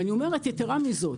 ואני אומרת, יתרה מזאת.